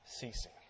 ceasing